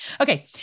Okay